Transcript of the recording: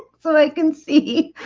so i can see